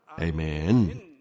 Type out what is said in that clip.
Amen